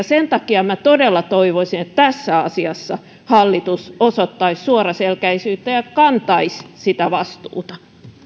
sen takia minä todella toivoisin että tässä asiassa hallitus osoittaisi suoraselkäisyyttä ja kantaisi sitä vastuuta